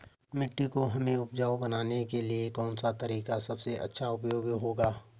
मिट्टी को हमें उपजाऊ बनाने के लिए कौन सा तरीका सबसे अच्छा उपयोगी होगा?